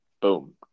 boom